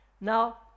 Now